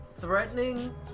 Threatening